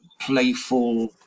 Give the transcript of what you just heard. playful